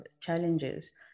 challenges